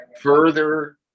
further